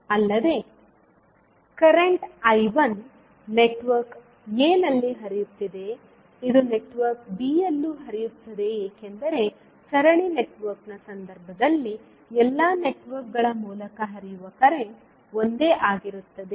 ಅಲ್ಲದೆ current I1 network A ನಲ್ಲಿ ಹರಿಯುತ್ತಿದೆ ಇದು ನೆಟ್ವರ್ಕ್ ಬಿ ಯಲ್ಲೂ ಹರಿಯುತ್ತದೆ ಏಕೆಂದರೆ ಸರಣಿ ನೆಟ್ವರ್ಕ್ನ ಸಂದರ್ಭದಲ್ಲಿ ಎಲ್ಲಾ ನೆಟ್ವರ್ಕ್ಗಳ ಮೂಲಕ ಹರಿಯುವ ಕರೆಂಟ್ ಒಂದೇ ಆಗಿರುತ್ತದೆ